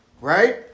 Right